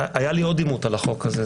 עוד עימות על החוק הזה.